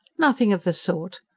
nothing of the sort!